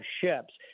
ships